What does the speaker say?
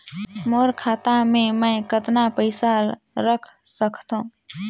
मोर खाता मे मै कतना पइसा रख सख्तो?